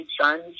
Sons